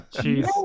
cheese